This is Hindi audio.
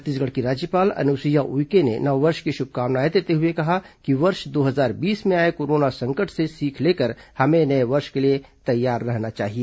छत्तीसगढ़ की राज्यपाल अनुसुईया उइके ने नववर्ष की शुभकामनाएं देते हुए कहा है कि वर्ष दो हजार बीस में आए कोरोना संकट से सीख लेकर हमें नये वर्ष के लिए तैयार रहना चाहिए